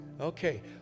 Okay